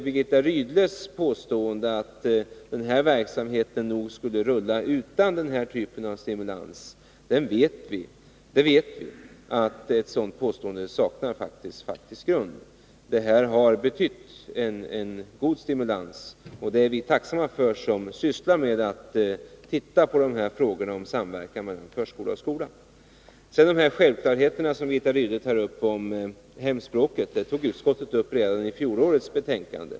Birgitta Rydles påstående att den verksamheten skulle ha kommit i gång utan den här typen av stimulans saknar faktiskt grund. Resursen har betytt en god stimulans, och det är vi som arbetar med frågorna om samverkan mellan förskola och skola tacksamma för. Så till de självklarheter angående hemspråksundervisningen som Birgitta Rydle tog upp. Utskottet behandlade dessa frågor redan i fjolårets betänkande.